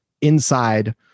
inside